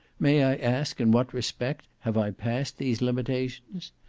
may i ask, in what respect have i passed these limitations?